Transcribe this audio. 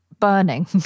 burning